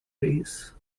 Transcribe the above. breeze